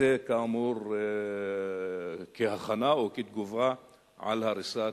זה, כאמור, כהכנה או כתגובה על הריסת